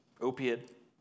opiate